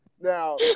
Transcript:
Now